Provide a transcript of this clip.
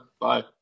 Bye